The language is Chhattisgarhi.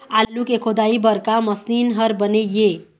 आलू के खोदाई बर का मशीन हर बने ये?